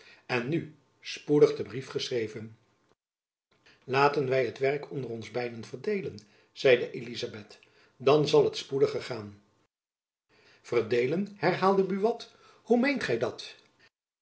en nu spoedig den brief geschreven jacob van lennep elizabeth musch laten wy het werk onder ons beiden verdeelen zeide elizabeth dan zal het spoediger gaan verdeelen herhaalde buat hoe meent gy dat